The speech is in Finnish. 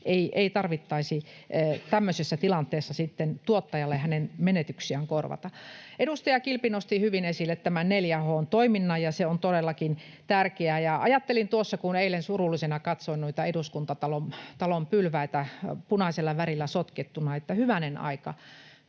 ei tarvitsisi tämmöisessä tilanteessa tuottajalle hänen menetyksiään korvata. Edustaja Kilpi nosti hyvin esille tämän 4H-toiminnan, ja [Anne Kalmari: Hyvä!] se on todellakin tärkeä. Ajattelin tuossa eilen, kun surullisena katsoin noita Eduskuntatalon pylväitä punaisella värillä sotkettuna, että hyvänen aika,